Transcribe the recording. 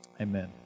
Amen